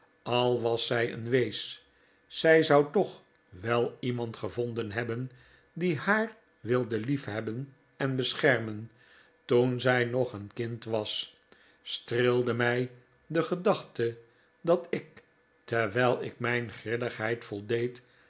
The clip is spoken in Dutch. al was zij een wees zij zou toch wel iemand gevonden hebben die haar wilde liefhebben en beschermen toen zij nog een kind was streelde mij de gedachte dat ik terwijl ik mijn grilligheid voldeed